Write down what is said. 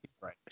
right